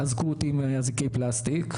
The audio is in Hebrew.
אזקו אותי עם אזיקי פלסטיק.